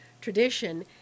tradition